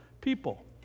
people